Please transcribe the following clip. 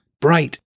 Bright